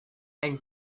and